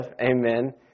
amen